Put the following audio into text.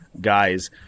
guys